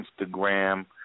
Instagram